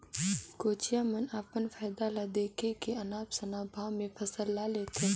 कोचिया मन अपन फायदा ल देख के अनाप शनाप भाव में फसल ल लेथे